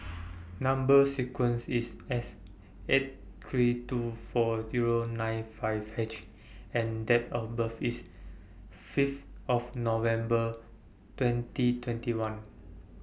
Number sequence IS S eight three two four Zero nine five H and Date of birth IS Fifth of November twenty twenty one